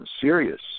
serious